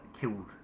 killed